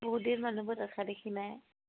বহুদিন মানুহবোৰৰ দেখা দেখি নাই